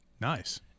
Nice